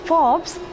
Forbes